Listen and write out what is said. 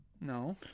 No